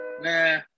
Nah